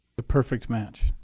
the perfect match.